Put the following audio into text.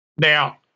Now